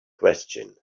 question